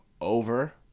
over